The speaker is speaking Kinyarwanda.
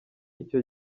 icyo